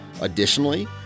Additionally